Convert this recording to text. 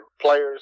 players